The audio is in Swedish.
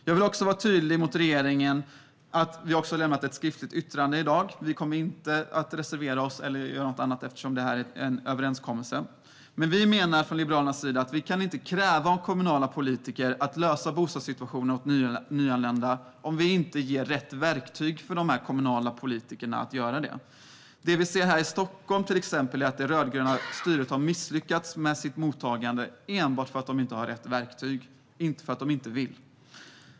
Jag vill vara tydlig mot regeringen, och vi har därför lämnat ett skriftligt yttrande i dag. Vi kommer inte att reservera oss eller göra något annat eftersom det är en överenskommelse. Vi från Liberalerna menar att vi inte kan kräva av kommunala politiker att de ska lösa bostadssituationen för nyanlända om vi inte ger dem rätt verktyg för att göra det. Det som vi ser till exempel här i Stockholm är att det rödgröna styret har misslyckats med sitt mottagande enbart för att de inte har rätt verktyg och inte för att de inte vill.